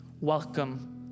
Welcome